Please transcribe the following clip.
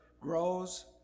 grows